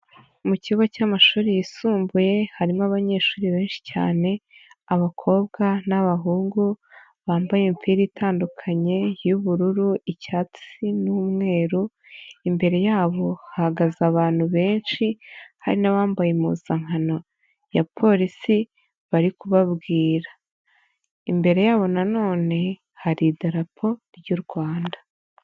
Mu kigo cy'amashuri yisumbuye harimo abanyeshuri benshi cyane, abakobwa n'abahungu bambaye imipira itandukanye y'ubururu, icyatsi n'umweru, imbere yabo hahagaze abantu benshi hari n'abambaye impuzankano ya Polisi bari kubabwira, imbere yabo na none hari idarapo ry'u Rwanda.